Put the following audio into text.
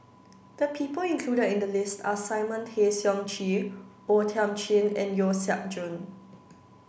the people included in the list are Simon Tay Seong Chee O Thiam Chin and Yeo Siak Goon